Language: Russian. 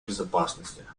безопасности